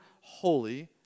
holy